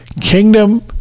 kingdom